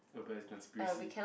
oh but is conspiracy